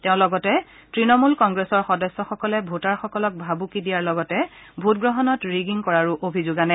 তেওঁ লগতে তৃণমূল কংগ্ৰেছক সদস্যসকলে ভোটাৰ সকলক ভাবুকি দিয়াৰ লগতে ভোটগ্ৰহণত ৰিগিং কৰাৰো অভিযোগ আনে